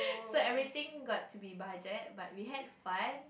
so everything got to be budget but we had fun